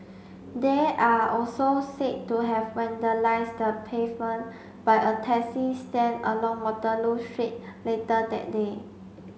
they are also said to have vandalised the pavement by a taxi stand along Waterloo Street later that day